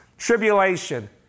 Tribulation